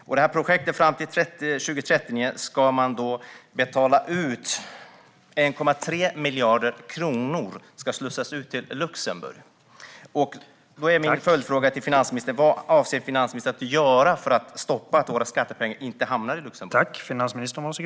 Från detta projekt, som ska pågå till 2030, ska 1,3 miljarder kronor betalas ut och slussas till Luxemburg. Min följdfråga till finansminister Magdalena Andersson är: Vad avser hon att göra för att stoppa våra skattepengar från att hamna i Luxemburg?